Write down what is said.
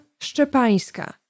Szczepańska